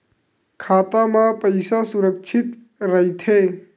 खाता मा पईसा सुरक्षित राइथे?